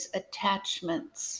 attachments